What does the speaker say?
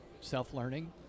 self-learning